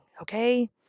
okay